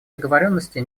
договоренности